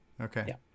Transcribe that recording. Okay